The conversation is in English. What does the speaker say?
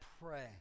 pray